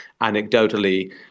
anecdotally